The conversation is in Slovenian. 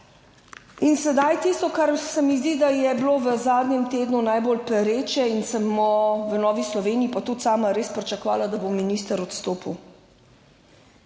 In sedaj tisto, kar se mi zdi, da je bilo v zadnjem tednu najbolj pereče in sem v Novi Sloveniji, pa tudi sama res pričakovala, da bo minister odstopil.